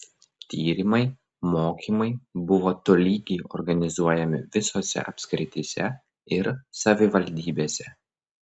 tyrimai mokymai buvo tolygiai organizuojami visose apskrityse ir savivaldybėse